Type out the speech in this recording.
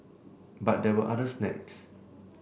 but there were other snags